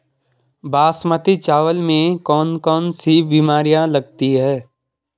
बासमती चावल में कौन कौन सी बीमारियां लगती हैं?